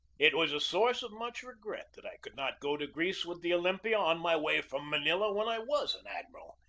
it was a source of much regret that i could not go to greece with the olympia on my way from manila when i was an admiral,